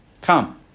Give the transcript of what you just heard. come